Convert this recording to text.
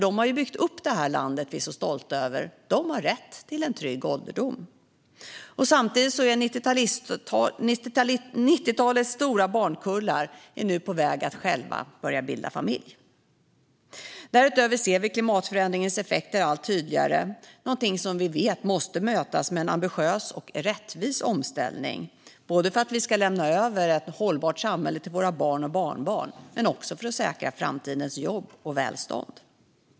De har ju byggt upp det här landet, som vi är så stolta över. De har rätt till en trygg ålderdom. Samtidigt är 90-talets stora barnkullar nu på väg att själva bilda familj. Därutöver ser vi klimatförändringens effekter allt tydligare. Det är något som vi vet måste mötas med en ambitiös och rättvis omställning, både för att lämna över ett hållbart samhälle till våra barn och barnbarn och för att säkra framtidens jobb och välstånd.